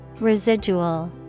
Residual